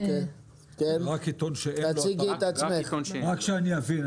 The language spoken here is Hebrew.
רק שאבין,